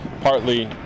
partly